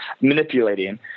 manipulating